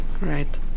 Right